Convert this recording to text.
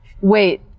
Wait